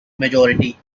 majority